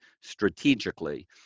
strategically